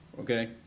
Okay